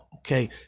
Okay